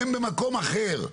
הם במקום אחר,